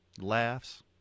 laughs